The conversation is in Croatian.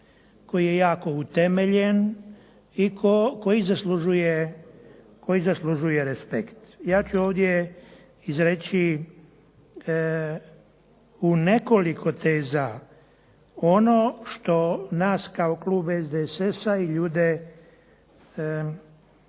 koji je jako utemeljen i koji zaslužuje respekt. Ja ću ovdje izreći u nekoliko teza ono što nas kao klub SDSS-a i ljude,